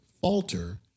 falter